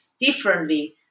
differently